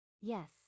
Yes